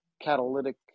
catalytic